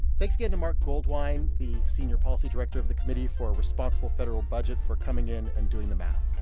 thanks again to marc goldwein, the senior policy director of the committee for a responsible federal budget, for coming in and doing the math.